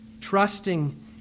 trusting